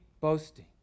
boasting